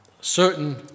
certain